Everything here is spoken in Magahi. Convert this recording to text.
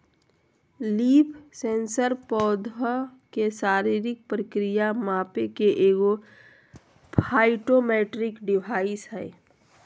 लीफ सेंसर पौधा के शारीरिक प्रक्रिया मापे के एगो फाइटोमेट्रिक डिवाइस हइ